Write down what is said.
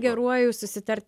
geruoju susitart